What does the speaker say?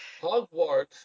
Hogwarts